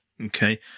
Okay